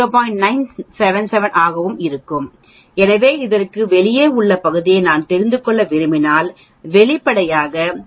977 ஆகவும் இருக்கும் எனவே இதற்கு வெளியே உள்ள பகுதியை நான் தெரிந்து கொள்ள விரும்பினால் வெளிப்படையாக 1 0